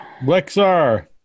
Lexar